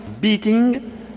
beating